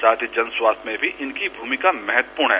साथ ही जन स्वास्थ्य में भी इनकी भूमिका महत्वपूर्ण है